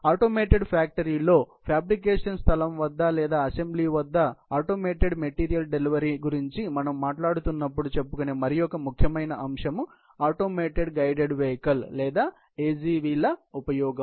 automated ఫ్యాక్టరీల లో fabrication స్థలం వద్ద లేదా అసెంబ్లీ చేసే వద్ద ఆటోమేటెడ్ మెటీరియల్ డెలివరీ గురించి మనం మాట్లాడుతున్నప్పుడు చెప్పుకొనే మరియొక ముఖ్యమైన అంశం ఆటోమేటెడ్ గైడెడ్ వెహికల్ లేదా AGV ల ఉపయోగం